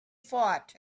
fought